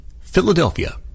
Philadelphia